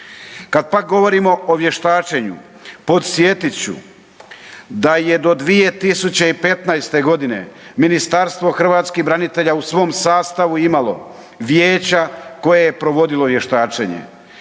Kad pak govorimo o vještačenju, podsjetit ću da je do 2015. g. Ministarstvo hrvatskih branitelja u svom sastavu imalo vijeća koje je provodilo vještačenje.